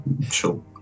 sure